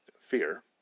fear